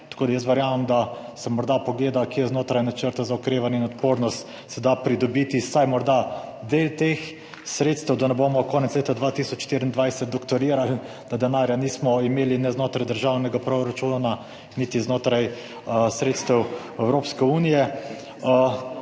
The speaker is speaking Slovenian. tako da jaz verjamem, da se morda pogleda, kje znotraj načrta za okrevanje in odpornost se da pridobiti morda vsaj del teh sredstev, da ne bomo konec leta 2024 doktorirali, da denarja nismo imeli niti znotraj državnega proračuna niti znotraj sredstev Evropske unije.